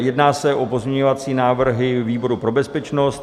Jedná se o pozměňovací návrhy výboru pro bezpečnost.